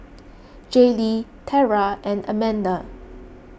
Jaylee Tera and Amanda